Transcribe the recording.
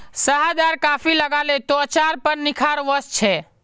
शहद आर कॉफी लगाले त्वचार पर निखार वस छे